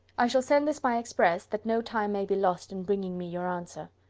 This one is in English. i shall send this by express, that no time may be lost in bringing me your answer.